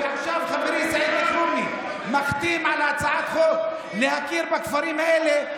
וחברי סעיד אלחרומי מחתים עכשיו על הצעת חוק להכיר בכפרים האלה.